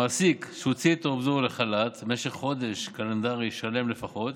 מעסיק שהוציא את עובדו לחל"ת למשך חודש קלנדרי שלם לפחות